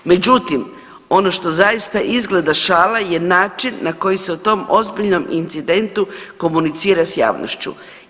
Međutim, ono što zaista izgleda šala je način na koji se o tom ozbiljnom incidentu komunicira sa javnošću.